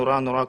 נורא נורא כואב.